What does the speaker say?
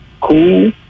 Cool